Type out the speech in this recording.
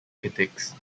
critics